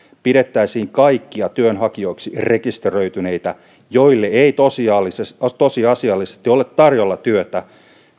pidettäisiin kaikkia työnhakijoiksi rekisteröityneitä joille ei tosiasiallisesti tosiasiallisesti ole tarjolla työtä